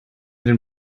den